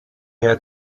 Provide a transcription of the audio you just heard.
had